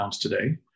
today